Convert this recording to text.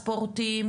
הפספורטים,